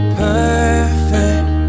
perfect